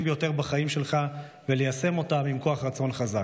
ביותר בחיים שלך וליישם אותם עם כוח רצון חזק.